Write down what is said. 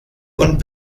und